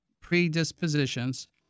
predispositions